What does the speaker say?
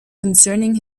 concerning